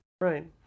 right